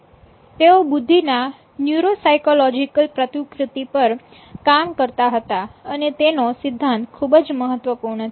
તેઓ બુદ્ધિના neuropsychological પ્રતિકૃતિ પર કામ કરતા હતા અને તેનો સિદ્ધાંત ખૂબ જ મહત્વપૂર્ણ છે